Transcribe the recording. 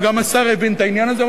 וגם השר הבין את העניין הזה,